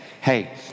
hey